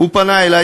הוא פנה אלי,